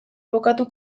abokatu